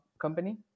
company